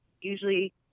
usually